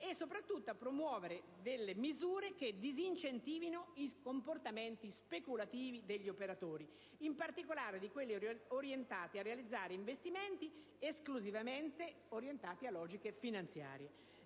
rinnovabili; a promuovere misure atte a disincentivare i comportamenti speculativi degli operatori, in particolare quelli orientati a realizzare investimenti esclusivamente orientati a logiche finanziarie;